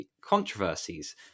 controversies